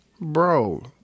bro